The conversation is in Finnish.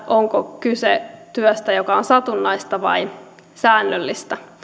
onko kyse työstä joka on satunnaista vai säännöllistä